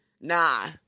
nah